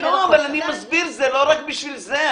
זה לא רק בשביל זה.